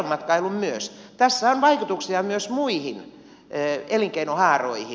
tässä on vaikutuksia myös muihin elinkeinohaaroihin